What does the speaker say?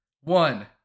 one